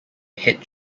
head